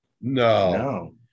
No